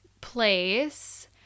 place